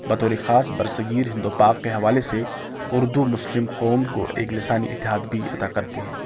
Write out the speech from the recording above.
بطور خاص بر صغیر ہند و پاک کے حوالے سے اردو مسلم قوم کو ایک لسانی اتحاد بھی ادا کرتی ہے